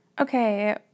Okay